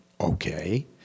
Okay